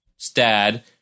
Stad